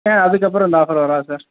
ஆ அதுக்கப்புறம் இந்த ஆஃபர் வராது சார்